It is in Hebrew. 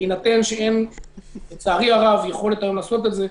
בהינתן שלצערי הרב אין היום יכולת לעשות את זה.